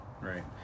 right